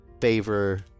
favor